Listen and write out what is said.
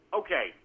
okay